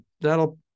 that'll